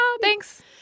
Thanks